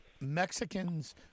Mexicans